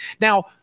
Now